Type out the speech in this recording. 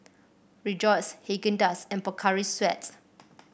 Rejoice Haagen Dazs and Pocari Sweat